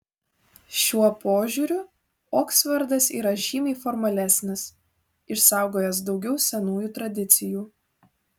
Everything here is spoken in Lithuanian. šiuo požiūriu oksfordas yra žymiai formalesnis išsaugojęs daugiau senųjų tradicijų